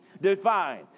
defined